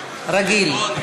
רגיל.